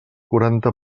quaranta